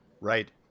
Right